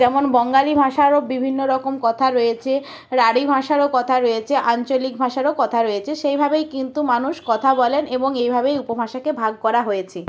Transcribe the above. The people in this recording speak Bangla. যেমন বঙ্গালী ভাষারও বিভিন্ন রকম কথা রয়েছে রাঢ়ী ভাষারও কথা রয়েছে আঞ্চলিক ভাষারও কথা রয়েছে সেইভাবেই কিন্তু মানুষ কথা বলেন এবং এইভাবেই উপভাষাকে ভাগ করা হয়েছে